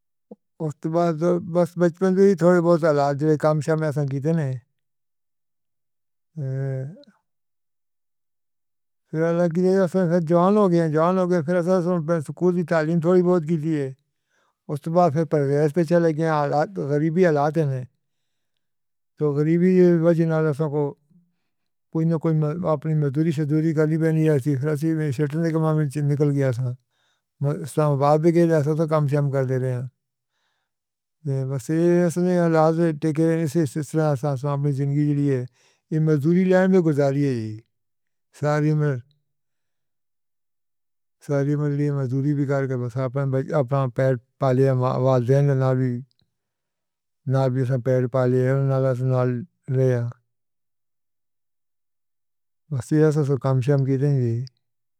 اُست باد بس، بس بچپن میں ہی تھوڑے بہت حالات رہے۔ کم شام اساں کیتے نی۔ فیر اللہ دی راہے اساں سب جوان ہو گئے۔ جوان ہو گئے، فیر اساں سکولی تعلیم تھوڑی بہت کی سی۔ اُس تو بعد وچ پروار چلے گئے۔ حالات غریبی دے حالات ہنے۔ تاں غریبی دی وجہ نہ ہم سب کوں کوئی نہ کوئی اپݨی مزدوری، شُجدری کرنی پئی اَتی۔ فیر اساں شہر وچ کمانے نکل گئے سݨا۔ اسلام آباد وی گئے۔ اساں تاں کم شام کر ڈے رہے ہیں۔ بس ایں حالات ٹکے ایسے ایسے طرح اساں اپݨی زندگی جو دی ہے۔ اے مزدوری لائن وچ گزاری ہے ای۔ ساری عمر، ساری عمر دی مزدوری کر اساں اپݨا اپݨا پیٹ پالیا والدین نال وی۔ نال وی اساں اپݨا پالیا تے نال اساں نال رہیا۔ بس ایس طرح کم شام کِیتے دن ای۔